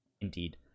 Indeed